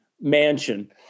mansion